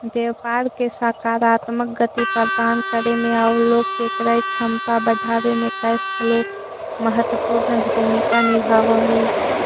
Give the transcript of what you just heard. व्यापार के सकारात्मक गति प्रदान करे में आउ लोग के क्रय क्षमता बढ़ावे में कैश फ्लो महत्वपूर्ण भूमिका निभावऽ हई